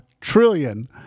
trillion